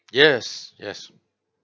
yes yes